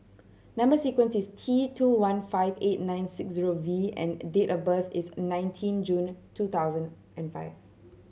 number sequence is T two one five eight nine six zero V and date of birth is nineteen June two thousand and five